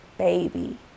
Baby